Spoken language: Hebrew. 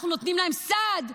אנחנו נותנים להם סעד,